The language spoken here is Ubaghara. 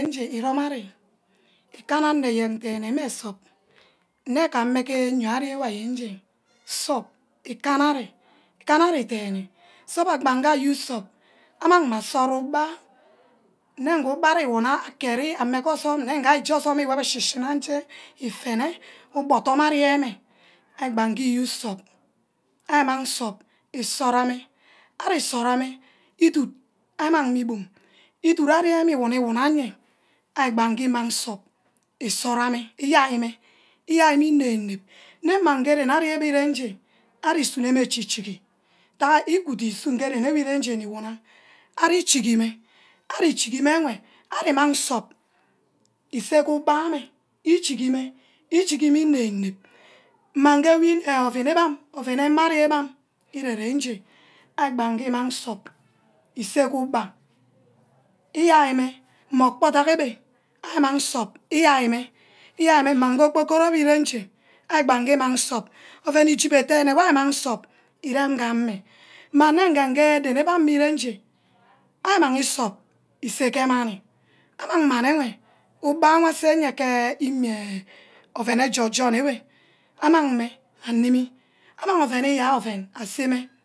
Nje irome ari, jkana anor eyen dene mmeh esogi, nme gameh gee nyoor amwh ayen nje, sup ikana ari, ikana ari dene, so abbe banga ause sup amang meh asara ugba, nne ngu ugbari iwuna akade iye ameh gee osume nne nge ari eje osume eh shi-shina nje ifene, ubor odum ari enh meh iri gbang gee e used sup. Ari imang nsup isara meh, ari sorah neh idud amang meh igbum, idud ameh mi wuna wuna aye arj gbanga imang sup isoro ma meh iyai meh, iyai meh inep-inep, ne mwh gba nge eoh isai enyue aei sunkr mwh achi-gi ntack-gee ushi dudu ishi-njembiang ren enwe iwuna ari chigimeh, ari chigeg enweh imang nsup iseh gee ugbe gee ichigi-meh, ichigi meh inep-inep mmang gee ouen egbam, emari egbum iseh gu ubah, iyai meh meh okpo dagh ebbe amang insup ayai meh, iyai meh mmang n̄gee okporkporo we ire nje, ari gbange imang sup, ouen eshubor dene abbe amang nsup irem gea ameh, mmah gee nne ari imang nsup ouen ijubor bene wor ameng nsup, irem gah ameh mmeh nne gange anip an ere nje, ari mangi nsop iseh geeh mani, amang mami ewe ugba wor abene ke imiahe ouen ejor-jorn kibbeh among meh anibi, amang ouen iyai ouen asameh nneh